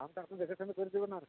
দামটা একটু দেখেশুনে কর দিবেন আর কি